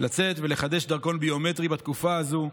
לצאת ולחדש דרכון ביומטרי בתקופה הזו,